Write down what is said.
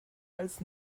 als